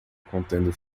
contendo